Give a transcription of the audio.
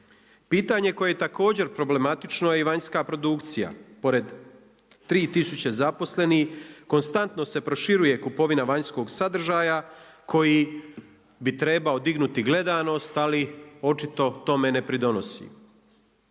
Pitanje koje je također problematično je vanjska produkcija. Pored tri tisuće zaposlenih konstantno se proširuje kupovina vanjskog sadržaja koji bi trebao dignuti gledanost, ali očito tome ne pridonosi.